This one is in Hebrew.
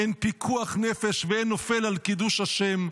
אין פיקוח נפש ואין נופל על קידוש השם,